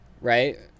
right